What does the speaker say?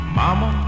mama